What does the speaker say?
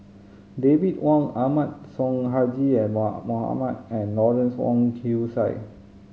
David Wong Ahmad Sonhadji Mohamad and Lawrence Wong Shyun Tsai